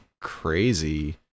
crazy